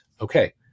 Okay